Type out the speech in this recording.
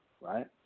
right